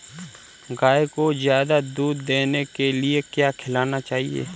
गाय को ज्यादा दूध देने के लिए क्या खिलाना चाहिए?